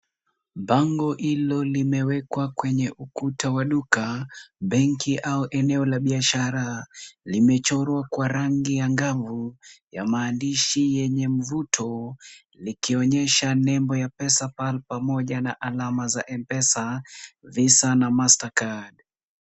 Bango hilo limewekwa kwenye ukuta wa duka, benki au eneo la biashara. Limechorwa kwa rangi angavu ya maandishi yenye mvuto likionyesha nembo ya pesa pahali pamoja na alama za mpesa, visa na ] master card .